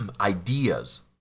ideas